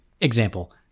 example